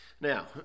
Now